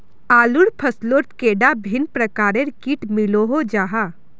आलूर फसलोत कैडा भिन्न प्रकारेर किट मिलोहो जाहा?